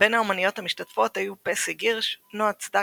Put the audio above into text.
בין האמניות המשתתפות היו פסי גירש, נועה צדקה,